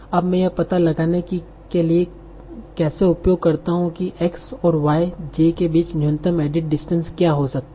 अब मैं यह पता लगाने के लिए कैसे उपयोग करता हूं कि X और Y j के बीच न्यूनतम एडिट डिस्टेंस क्या हो सकती है